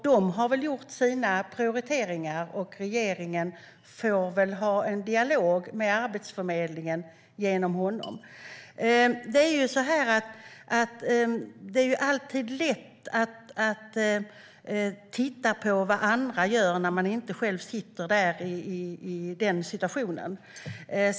De har väl gjort sina prioriteringar, och regeringen får ha en dialog med Arbetsförmedlingen genom honom. Det är alltid lätt att titta på vad andra gör när man inte själv sitter i den situationen.